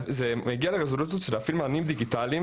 זה מגיע לרזולוציות של להפעיל עמוד Instagram נפרד,